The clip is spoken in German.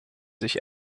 sich